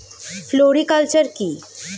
Floriculture কি?